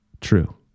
true